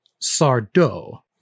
Sardo